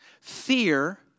Fear